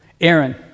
Aaron